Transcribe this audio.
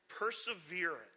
Perseverance